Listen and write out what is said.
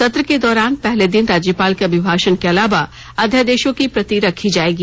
सत्र के दौरान पहले दिन राज्यपाल के अभिभाषण के अलावा अध्यादेशों की प्रति रखी जाएगी